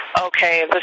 okay